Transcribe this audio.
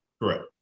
Correct